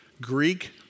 Greek